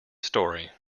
story